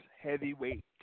heavyweight